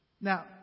Now